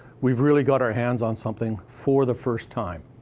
we've really got our hands on something for the first time.